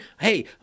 hey